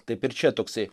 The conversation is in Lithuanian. taip ir čia toksai